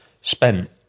spent